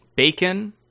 Bacon